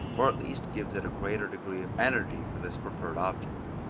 or at least gives it a greater degree of energy for this preferred object.